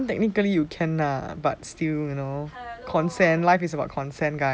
I mean technically you can lah but still you know consent life is about consent guys